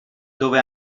dove